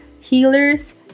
healers